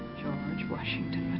george washington